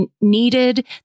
needed